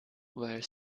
were